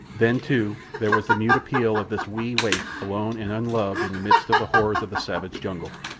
then, too, there was the mute appeal of this wee waif alone and unloved in the midst of the horrors of the savage jungle.